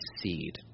seed